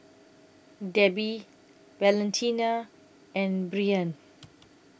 Debi Valentina and Breann